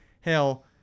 Hell